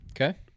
Okay